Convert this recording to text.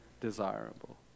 desirable